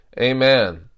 Amen